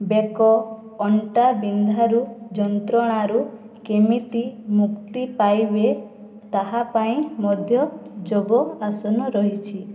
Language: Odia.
ବେକ ଅଣ୍ଟା ବିନ୍ଧାରୁ ଯନ୍ତ୍ରଣାରୁ କେମିତି ମୁକ୍ତି ପାଇବେ ତାହା ପାଇଁ ମଧ୍ୟ ଯୋଗ ଆସନ ରହିଛି